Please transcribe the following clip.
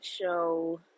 show